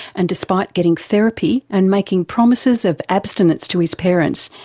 and despite getting therapy and making promises of abstinence to his parents,